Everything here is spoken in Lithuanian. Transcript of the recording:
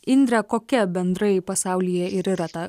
indre kokia bendrai pasaulyje ir yra ta